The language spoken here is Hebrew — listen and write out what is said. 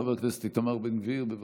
חבר הכנסת איתמר בן גביר, בבקשה.